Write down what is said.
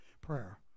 prayer